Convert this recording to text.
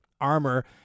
armor